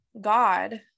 God